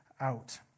out